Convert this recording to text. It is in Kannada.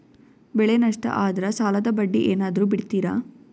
ಬೆಳೆ ನಷ್ಟ ಆದ್ರ ಸಾಲದ ಬಡ್ಡಿ ಏನಾದ್ರು ಬಿಡ್ತಿರಾ?